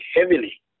heavily